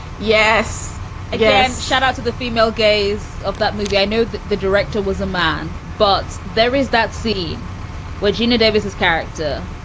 yes again, shout out to the female gaze of that movie. i know that the director was a man, but there is that scene where gina davis is character.